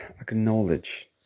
acknowledge